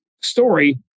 story